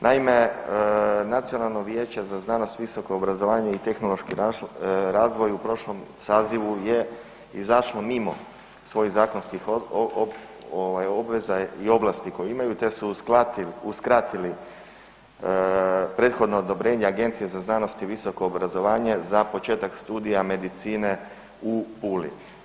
Naime, Nacionalno vijeće za znanost, visoko obrazovanje i tehnološki razvoj u prošlom sazivu je izašlo mimo svojih zakonskih ovaj obveza i ovlasti koje imaju te su uskratili prethodno odobrenje Agencije za znanost i visoko obrazovanje za početak studija medicine u Puli.